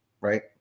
Right